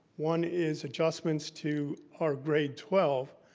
one is adjustments to our grade twelve,